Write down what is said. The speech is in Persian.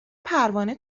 پروانه